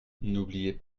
n’oubliez